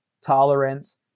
tolerance